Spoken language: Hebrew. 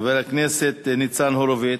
חבר הכנסת ניצן הורוביץ,